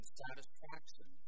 satisfaction